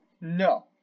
No